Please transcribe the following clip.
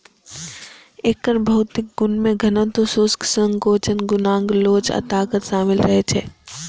एकर भौतिक गुण मे घनत्व, शुष्क संकोचन गुणांक लोच आ ताकत शामिल रहै छै